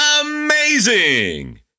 Amazing